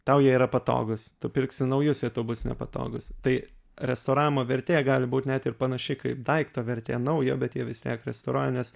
tau jie yra patogūs tu pirksi naujus jie tau bus nepatogūs tai restauravimo vertė gali būt net ir panaši kaip daikto vertė naujo bet jie vis tiek restauruoja nes